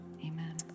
Amen